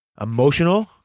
emotional